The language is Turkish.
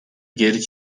geri